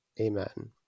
Amen